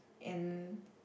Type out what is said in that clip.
and